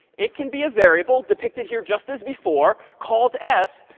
it can be a variable, depicted here just as before, called s.